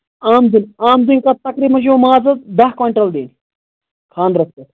احمدٕنۍ احمدٕنۍ تقریٖبن چھِ تِمَن مازَس دَہ کۄٮ۪نٹَل دِنۍ خاندرَس پٮ۪ٹھ